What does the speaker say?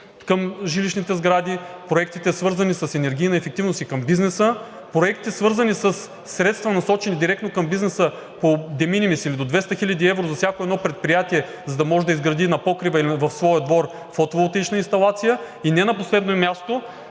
към жилищните сгради, проектите, свързани с енергийна ефективност и към бизнеса, проектите, свързани със средства, насочени директно към бизнеса по de minimis или до 200 хил. евро за всяко едно предприятие, за да може да изгради на покрива или в своя двор фотоволтаична инсталация, и не на последно място,